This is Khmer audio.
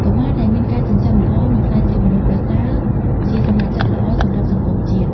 កុមារដែលមានការចិញ្ចឹមល្អ នឹងក្លាយជាមនុស្សប្រសើរ ជាសមាជិកល្អសម្រាប់សង្គមជាតិ។